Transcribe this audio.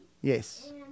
Yes